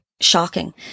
shocking